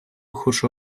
хочу